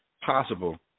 possible